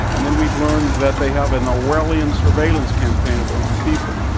and then we've learned that they have an orwellian surveillance campaign of their own people.